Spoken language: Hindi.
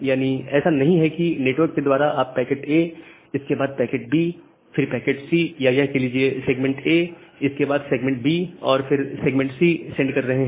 यानी ऐसा नहीं है कि नेटवर्क के द्वारा आप पैकेट A इसके बाद पैकेट B फिर पैकेट C या कह लीजिए सेगमेंट A इसके बाद सेगमेंट B और फिर सेगमेंट C सेंड कर रहे हैं